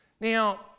Now